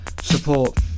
support